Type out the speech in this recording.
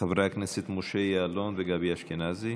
חברי הכנסת משה יעלון וגבי אשכנזי.